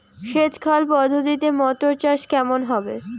সেচ খাল পদ্ধতিতে মটর চাষ কেমন হবে?